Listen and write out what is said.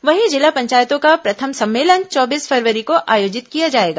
वहीं जिला पंचायतों का प्रथम सम्मेलन चौबीस फरवरी को आयोजित किया जाएगा